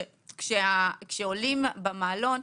כשעולים במעלון,